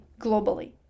globally